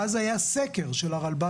ואז היה סקר של הרלב"ד,